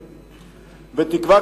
בתקווה,